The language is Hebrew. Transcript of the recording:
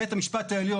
בית המשפט העליון,